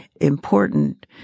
important